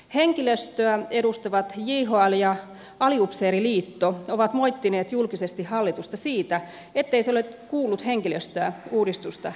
henkilöstöä edustavat jhl ja aliupseeriliitto ovat moittineet julkisesti hallitusta siitä ettei se ole kuullut henkilöstöä uudistusta tehtäessä